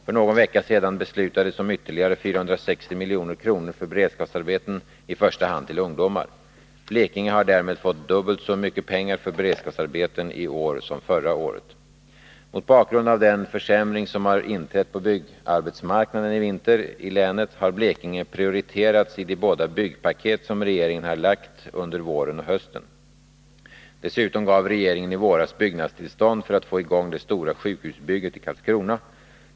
För någon vecka sedan beslutades om ytterligare 460 milj.kr. för beredskapsarbeten, i första hand till ungdomar. Blekinge har därmed fått dubbelt så mycket pengar för beredskapsarbeten i år som förra året. 17 Mot bakgrund av den försämring som har inträtt på byggarbetsmarknaden i vinter i länet har Blekinge prioriterats i de båda byggpaket som regeringen framlagt under våren och hösten. Dessutom gav regeringen i våras byggnadstillstånd för att få i gång det stora sjukhusbygget i Karlskrona.